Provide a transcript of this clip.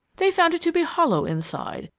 they found it to be hollow inside,